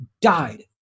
died